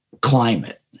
climate